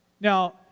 Now